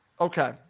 Okay